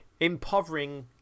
impovering